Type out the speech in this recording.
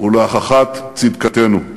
ולהוכחת צדקתנו.